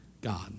God